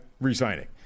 re-signing